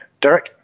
Derek